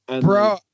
Bro